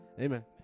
Amen